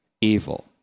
evil